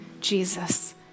Jesus